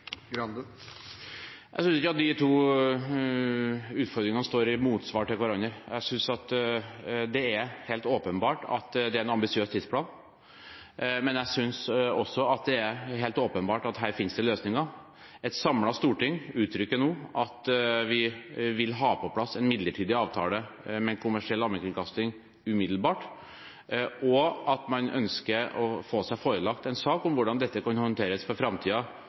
Jeg synes ikke at de to utfordringene står i motsetning til hverandre. Jeg synes at det er helt åpenbart at det er en ambisiøs tidsplan, men jeg synes også at det er helt åpenbart at her finnes det løsninger. Et samlet storting uttrykker nå at vi vil ha på plass en midlertidig avtale med en kommersiell allmennkringkasting umiddelbart, og at man ønsker å få seg forelagt en sak om hvordan dette kan håndteres for